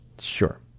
Sure